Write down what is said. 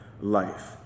life